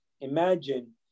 imagine